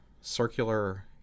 circular